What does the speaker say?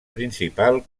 principal